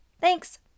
Thanks